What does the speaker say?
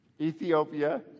Ethiopia